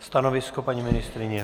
Stanovisko paní ministryně?